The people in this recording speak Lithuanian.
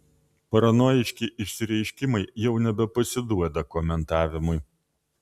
paranojiški išsireiškimai jau nebepasiduoda komentavimui